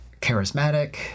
charismatic